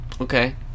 Okay